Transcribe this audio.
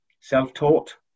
self-taught